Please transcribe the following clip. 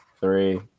three